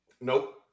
Nope